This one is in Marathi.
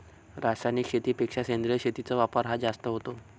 रासायनिक शेतीपेक्षा सेंद्रिय शेतीचा वापर हा जास्त होतो